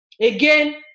Again